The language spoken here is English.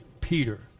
Peter